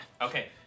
Okay